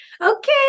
okay